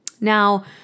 Now